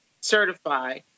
certify